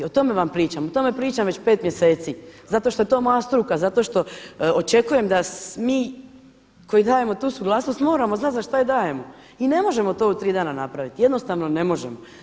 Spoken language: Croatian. O tome vam pričam, o tome pričam već pet mjeseci zato što je to moja struka, zato što očekujem da mi koji dajemo tu suglasnost moramo znati za šta je dajemo i ne možemo to u tri dana napraviti, jednostavno ne možemo.